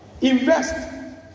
Invest